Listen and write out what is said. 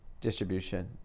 distribution